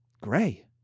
gray